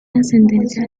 ascendencia